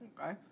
Okay